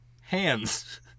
hands